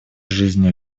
жизни